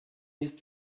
ist